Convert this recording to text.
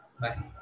bye